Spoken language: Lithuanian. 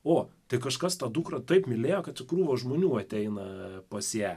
o tai kažkas tą dukrą taip mylėjo kad čia krūva žmonių ateina pas ją